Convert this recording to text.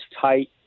tight